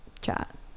chat